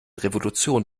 revolution